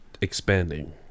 expanding